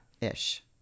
ish